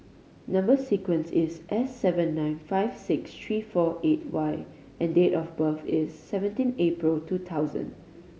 number sequence is S seven nine five six three four eight Y and date of birth is seventeen April two thousand